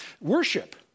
Worship